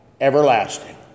everlasting